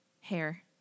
Hair